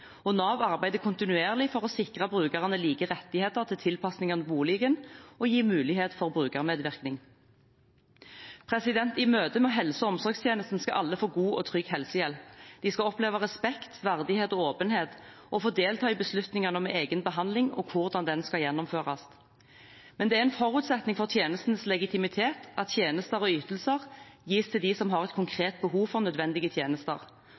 Nav arbeider kontinuerlig for å sikre brukerne like rettigheter til tilpasning av boligen og gi mulighet for brukermedvirkning. I møte med helse- og omsorgstjenesten skal alle få god og trygg helsehjelp, de skal oppleve respekt, verdighet og åpenhet og få delta i beslutningene om egen behandling og hvordan den skal gjennomføres. Men det er en forutsetning for tjenestens legitimitet at tjenester og ytelser gis til dem som har et konkret behov for nødvendige tjenester,